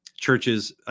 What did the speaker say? Churches